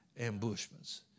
ambushments